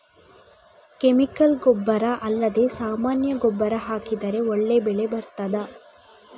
Chemical ಗೊಬ್ಬರ ಅಲ್ಲದೆ ಸಾಮಾನ್ಯ ಗೊಬ್ಬರ ಹಾಕಿದರೆ ಒಳ್ಳೆ ಬೆಳೆ ಬರ್ತದಾ?